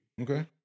Okay